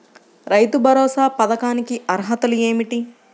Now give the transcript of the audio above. రైతు భరోసా పథకానికి అర్హతలు ఏమిటీ?